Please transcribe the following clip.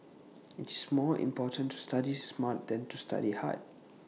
IT is more important to study smart than to study hard